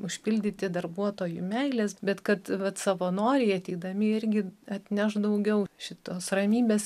užpildyti darbuotojų meilės bet kad vat savanoriai ateidami irgi atneš daugiau šitos ramybės